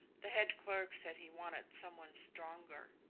the head clerk said he wanted some one stronger.